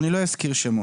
אני לא אזכיר שמות,